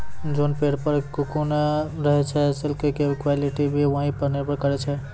जोन पेड़ पर ककून रहै छे सिल्क के क्वालिटी भी वही पर निर्भर करै छै